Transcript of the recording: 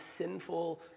sinful